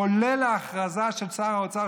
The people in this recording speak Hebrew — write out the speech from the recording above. כולל ההכרזה של שר האוצר,